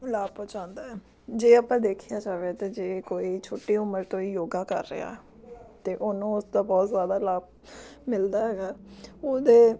ਲਾਭ ਪਹੁੰਚਾਉਂਦਾ ਹੈ ਜੇ ਆਪਾਂ ਦੇਖਿਆ ਜਾਵੇ ਤਾਂ ਜੇ ਕੋਈ ਛੋਟੀ ਉਮਰ ਤੋਂ ਹੀ ਯੋਗਾ ਕਰ ਰਿਹਾ ਤਾਂ ਉਹਨੂੰ ਉਸਦਾ ਬਹੁਤ ਜ਼ਿਆਦਾ ਲਾਭ ਮਿਲਦਾ ਹੈਗਾ ਉਹਦੇ